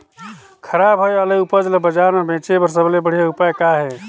खराब होए वाले उपज ल बाजार म बेचे बर सबले बढ़िया उपाय का हे?